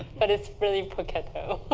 but it's really poketo.